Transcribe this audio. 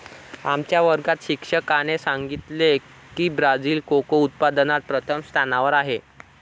आमच्या वर्गात शिक्षकाने सांगितले की ब्राझील कोको उत्पादनात प्रथम स्थानावर आहे